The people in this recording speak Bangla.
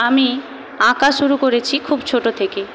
আমি আঁকা শুরু করেছি খুব ছোটো থেকে